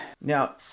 Now